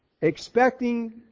expecting